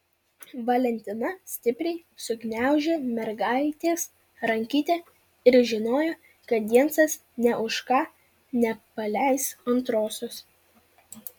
valentina stipriai sugniaužė mergaitės rankytę ir žinojo kad jensas nė už ką nepaleis antrosios